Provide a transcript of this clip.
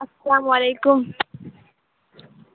السلام علیکم